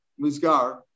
muzgar